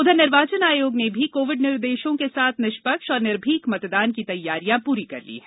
उधर निर्वाचन आयोग ने भी कोविड निर्देशों के साथ निष्पक्ष और निर्भीक मतदान की तैयारियां पूरी कर ली है